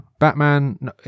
Batman